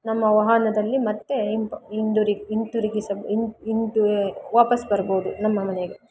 ನಮ್ಮ ವಾಹನದಲ್ಲಿ ಮತ್ತೆ ಹಿಂದಿರುಗಿ ಹಿಂತಿರುಗಿಸ ಹಿಂತಿ ವಾಪಸ್ ಬರ್ಬೋದು ನಮ್ಮ ಮನೆಗೆ